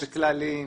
יש כללים,